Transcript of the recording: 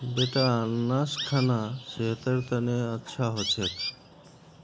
बेटा अनन्नास खाना सेहतेर तने अच्छा हो छेक